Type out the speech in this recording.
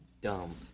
Dumb